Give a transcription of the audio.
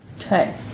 Okay